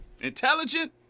Intelligent